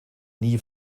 nie